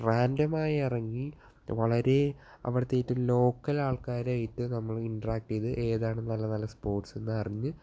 റാണ്ടമായി ഇറങ്ങി വളരെ അവിടുത്തെ ഏറ്റവും ലോക്കൽ ആള്ക്കാരായിട്ട് നമ്മൾ ഇൻറ്ററാക്റ്റ് ചെയ്ത് ഏതാണ് നല്ല നല്ല സ്പോട്ട്സ്സെ എന്ന് അറിഞ്ഞ്